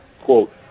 quote